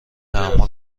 تحمل